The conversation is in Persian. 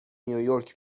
نیویورک